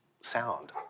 sound